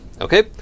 Okay